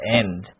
end